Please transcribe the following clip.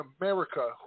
America